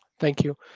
thank you.